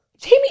Jamie